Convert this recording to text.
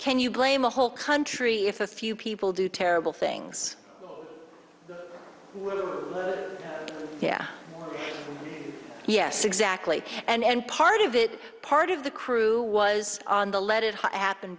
can you blame a whole country if a few people do terrible things yeah yes exactly and part of it part of the crew was on the let it happen